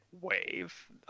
wave